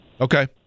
Okay